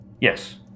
Yes